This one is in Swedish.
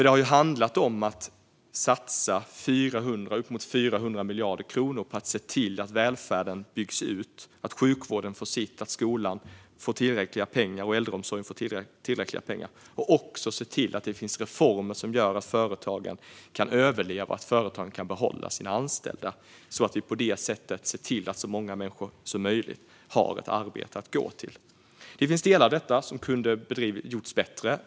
Det har handlat om att satsa uppemot 400 miljarder kronor på att se till att välfärden byggs ut, att sjukvården får sitt, att skolan får tillräckliga pengar och att äldreomsorgen får tillräckliga pengar. Det handlar också om att se till att det finns reformer som gör att företagen kan överleva och behålla sina anställda. Vi ser på det sättet till att så många människor som möjligt har ett arbete att gå till. Det finns delar av detta som kunde ha gjorts bättre.